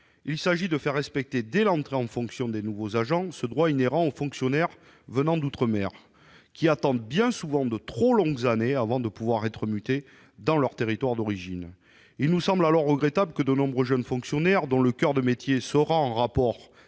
Il s'agit de faire respecter, dès l'entrée en fonction des nouveaux agents, ce droit inhérent aux fonctionnaires venant d'outre-mer, qui attendent bien souvent de trop longues années avant de pouvoir être mutés dans leur territoire d'origine. Il nous semble regrettable que de nombreux jeunes fonctionnaires, dont le coeur de métier sera en rapport